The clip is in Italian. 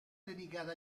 dedicata